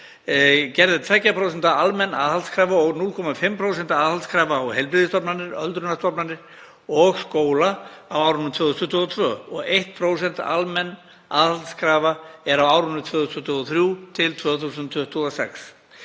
Gerð er 2% almenn aðhaldskrafa og 0,5% aðhaldskrafa á heilbrigðisstofnanir, öldrunarstofnanir og skóla á árinu 2022 og 1% almenn aðhaldskrafa er á árunum 2023–2026.